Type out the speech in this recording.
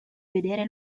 vedere